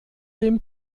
dem